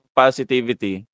positivity